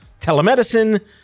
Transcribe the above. telemedicine